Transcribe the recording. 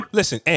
Listen